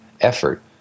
effort